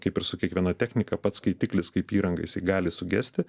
kaip ir su kiekviena technika pats skaitiklis kaip įranga jisai gali sugesti